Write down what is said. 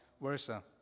versa